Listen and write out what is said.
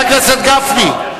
גפני.